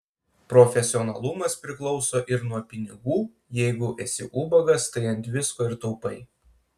profesionalumas priklauso ir nuo pinigų jeigu esi ubagas tai ant visko ir taupai